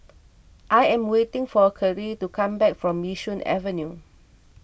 I am waiting for Kerrie to come back from Yishun Avenue